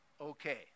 okay